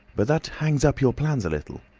but that hangs up your plans a little.